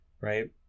Right